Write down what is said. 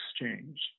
exchange